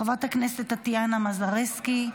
חברת הכנסת טטיאנה מזרסקי,